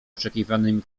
oczekiwanymi